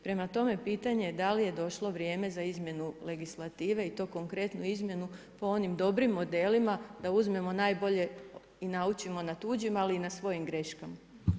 Prema tome pitanje je da li je došlo vrijeme za izmjenu legislative i to konkretno izmjenu po onim dobrim modelima da uzmemo najbolje i naučimo na tuđim ali i nad svojim greškama.